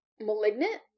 Malignant